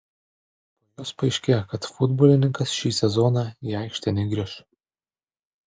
po jos paaiškėjo kad futbolininkas šį sezoną į aikštę negrįš